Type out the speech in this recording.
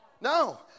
No